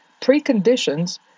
preconditions